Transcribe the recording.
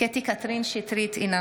קטי קטרין שטרית, אינה